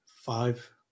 five